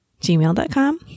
gmail.com